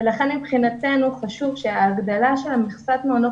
לכן מבחינתנו חשוב שההגדלה של מכסת המעונות